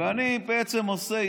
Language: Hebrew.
אני בעצם עושה,